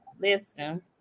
Listen